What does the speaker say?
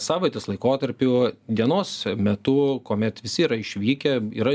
savaitės laikotarpiu dienos metu kuomet visi yra išvykę yra